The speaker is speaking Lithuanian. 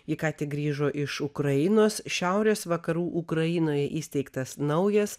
ji ką tik grįžo iš ukrainos šiaurės vakarų ukrainoje įsteigtas naujas